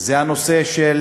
הוא הנושא של